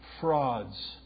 frauds